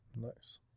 Nice